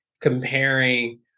comparing